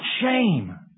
shame